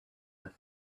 with